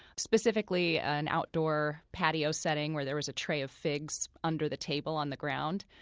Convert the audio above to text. specifically an outdoor patio setting where there was a tray of figs under the table on the ground.